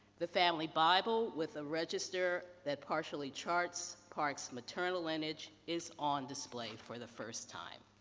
the family bible with a register that partially charts parks' maternal image is on display for the first time.